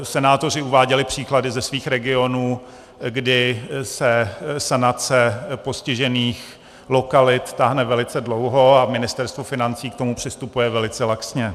Senátoři uváděli příklady ze svých regionů, kdy se sanace postižených lokalit táhne velice dlouho a Ministerstvo financí k tomu přistupuje velice laxně.